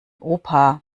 opa